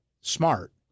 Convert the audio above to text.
smart